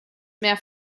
mehr